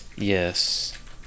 Yes